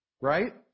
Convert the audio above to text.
Right